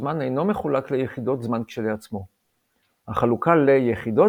הזמן אינו מחולק ליחידות זמן כשלעצמו; החלוקה ל"יחידות